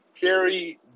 Carry